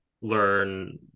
learn –